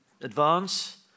advance